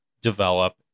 develop